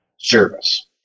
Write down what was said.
service